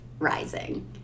rising